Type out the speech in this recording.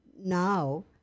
Now